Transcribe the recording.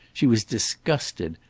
she was disgusted,